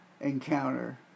encounter